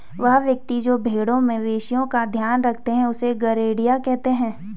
वह व्यक्ति जो भेड़ों मवेशिओं का ध्यान रखता है उससे गरेड़िया कहते हैं